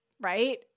right